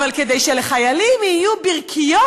אבל כדי שלחיילים יהיו ברכיות,